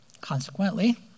Consequently